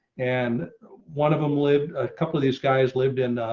and one of them live a couple of these guys lived in